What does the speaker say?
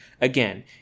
Again